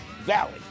Valley